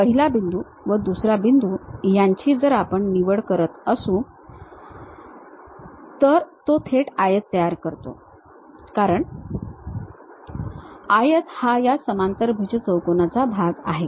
पहिला बिंदू व दुसरा बिंदू यांची जर आपण निवड करत असू तर तो थेट आयत तयार करतो कारण आयत हा या समांतरभुज चौकोनाचा भाग आहे